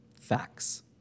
Facts